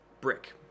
Brick